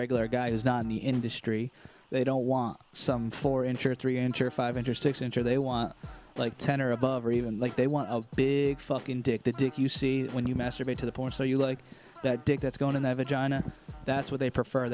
regular guy who's not in the industry they don't want some four inch or three inch or five interstates enter they want like ten or above or even like they want a big fucking dick the dick you see when you masturbate to the point so you like that dick that's going to have a john that's what they prefer